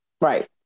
Right